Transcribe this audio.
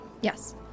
Yes